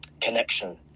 connection